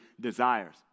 desires